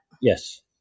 Yes